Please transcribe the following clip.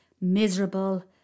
miserable